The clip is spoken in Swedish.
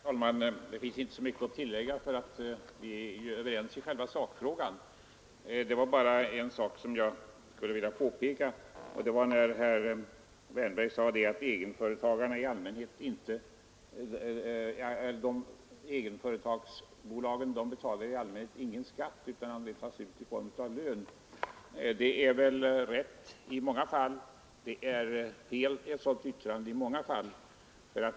Herr talman! Det finns inte så mycket att tillägga, vi är överens i själva sakfrågan. Jag vill emellertid påpeka en sak. Herr Wärnberg sade att egenföretagarna i allmänhet inte betalar någon skatt utan tar ut vinsten i form av lön. Det är riktigt i många fall men också felaktigt i många fall.